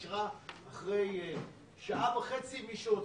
אחרי שעה וחצי מהרגע שהממשלה אישרה,